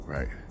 Right